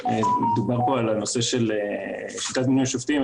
פה על הנושא של שיטת מינוי השופטים,